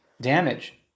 damage